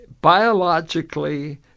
biologically